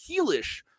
heelish